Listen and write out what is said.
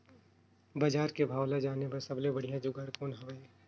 बजार के भाव ला जाने बार सबले बढ़िया जुगाड़ कौन हवय?